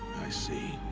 i see.